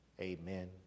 Amen